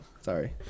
sorry